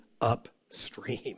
upstream